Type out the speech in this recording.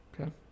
Okay